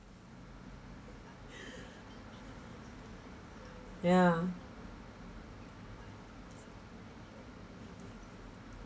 ya